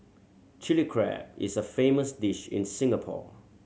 Chilli Crab is a famous dish in Singapore